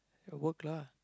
your work lah